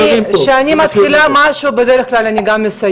כי בדרך כלל כשאני מתחילה משהו בדרך כלל אני גם מסיימת.